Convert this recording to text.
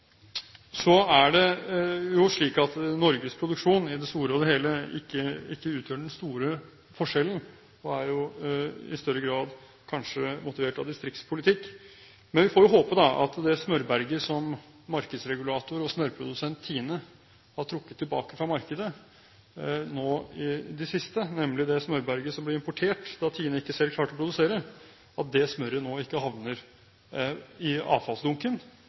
er det slik at Norges produksjon i det store og hele ikke utgjør den store forskjellen, og den er kanskje i større grad motivert av distriktspolitikk. Men vi får håpe at det smørberget som markedsregulator og smørprodusent TINE har trukket tilbake fra markedet nå i det siste, nemlig det smørberget som ble importert da TINE ikke selv klarte å produsere, ikke havner i avfallsdunken, men at det sendes tilbake og kommer til nytte for noen. Det virker jo meningsløst at man ikke